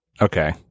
Okay